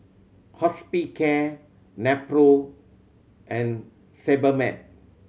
Hospicare Nepro and Sebamed